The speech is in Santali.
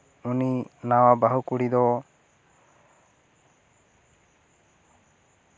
ᱩᱱᱤ ᱱᱟᱣᱟ ᱵᱟ ᱦᱩ ᱠᱩᱲᱤ ᱫᱚ